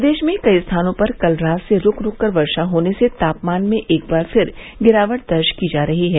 प्रदेश में कई स्थानों पर कल रात से रूक रूक कर वर्षा होने से तापमान में एक बार फिर गिरावट दर्ज की जा रही है